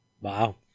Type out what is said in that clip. Wow